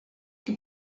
que